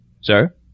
sir